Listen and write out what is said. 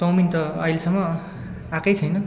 chowmein त अहिलेसम्म आएकै छैन